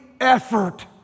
effort